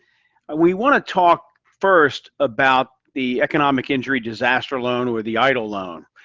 we want to talk first about the economic injury disaster loan or the eidl loan.